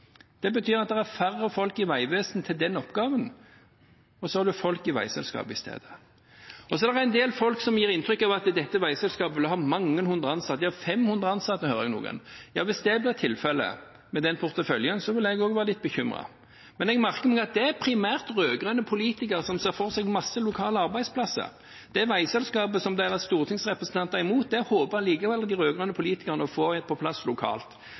Det betyr at det er færre folk i Vegvesenet til den oppgaven, og så har en folk i veiselskapet i stedet. Så er det en del folk som gir inntrykk av at dette veiselskapet vil ha mange hundre ansatte – 500 ansatte, hører jeg fra noen. Ja, hvis det ble tilfellet med den porteføljen, ville jeg også vært litt bekymret. Men jeg merker meg at det er primært rød-grønne politikere som ser for seg mange lokale arbeidsplasser. Det veiselskapet som deres stortingsrepresentanter er imot, håper de rød-grønne politikerne allikevel å få på plass lokalt.